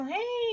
Hey